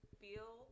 feel